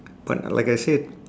but like I said